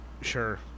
sure